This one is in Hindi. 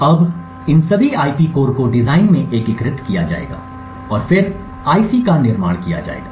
अब इन सभी आईपी कोर को डिजाइन में एकीकृत किया जाएगा और फिर आईसी का निर्माण किया जाएगा